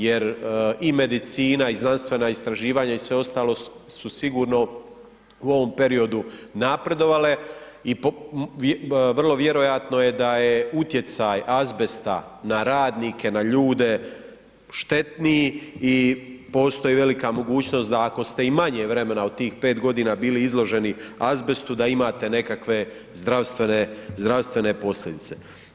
Jer i medicina i znanstvena istraživanja i sve ostalo su sigurno u ovom periodu napredovale i vrlo vjerojatno je da je utjecaj azbesta na radnike, na ljude štetniji i postoji velika mogućnost da ako te i manje vremena od 5 godina bili izloženi azbestu da imate nekakve zdravstvene posljedice.